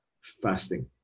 fasting